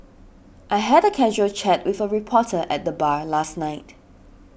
I had a casual chat with a reporter at the bar last night